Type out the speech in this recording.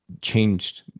changed